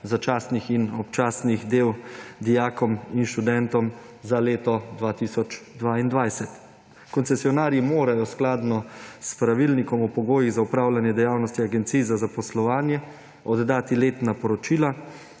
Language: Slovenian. začasnih in občasnih del dijakom in študentom za leto 2022. Koncesionarji morajo skladno s Pravilnikom o pogojih za opravljanje dejavnosti agencij za zaposlovanje oddati letna poročila,